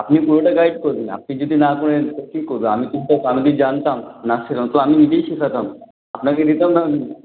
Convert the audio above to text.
আপনি পুরোটা গাইড করবেন আপনি যদি না করেন তো কে করবে আমি তো আমি যদি জানতাম নাচ শেখানো তো আমি নিজেই শেখাতাম আপনাকে নিতাম না আমি